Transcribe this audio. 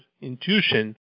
intuition